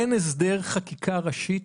אין הסדר חקיקה ראשית,